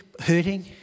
hurting